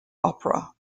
opera